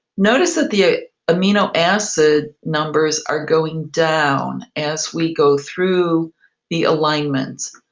notice that the amino acid numbers are going down as we go through the alignments.